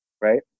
right